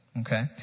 Okay